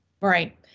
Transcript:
Right